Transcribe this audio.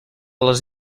les